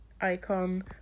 Icon